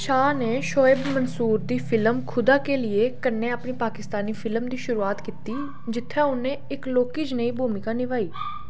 शाह ने शोएब मंसूर दी फिल्म खुदा के लिए कन्नै अपनी पाकिस्तानी फिल्म दी शुरुआत कीती जित्थै उ'नें इक लौह्की जनेही भूमका नभाई